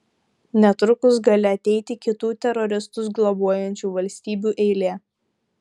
netrukus gali ateiti kitų teroristus globojančių valstybių eilė